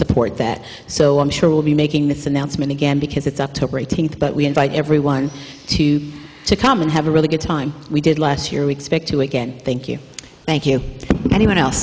support that so i'm sure we'll be making this announcement again because it's october eighteenth but we invite everyone to be to come and have a really good time we did last year we expect to again thank you thank you anyone else